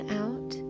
out